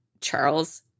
Charles